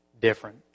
different